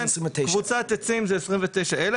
קבוצת עצים זה 29,000,